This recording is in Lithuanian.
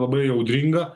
labai audringa